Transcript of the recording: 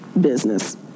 business